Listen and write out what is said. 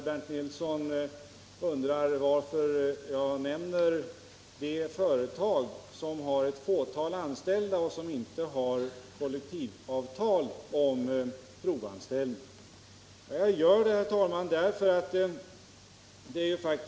Bernt Nilsson undrar bl.a. varför jag nämner de företag som har ett fåtal anställda och som inte har kollektivavtal om provanställning.